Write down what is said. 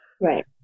Right